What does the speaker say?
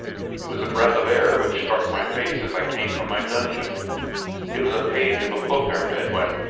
it was a breath of air which struck my face as i came from my dungeon it was a page of a book i read when,